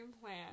plan